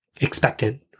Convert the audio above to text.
expectant